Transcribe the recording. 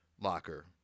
locker